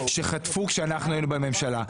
שחטפו עת אנחנו היינו בממשלה.